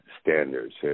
standards